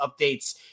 updates